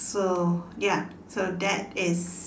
so ya so that is